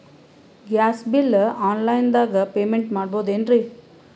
Gas bill online ದಾಗ payment ಮಾಡಬೋದೇನ್ರಿ?